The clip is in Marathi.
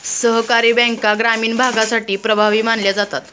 सहकारी बँका ग्रामीण भागासाठी प्रभावी मानल्या जातात